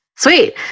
Sweet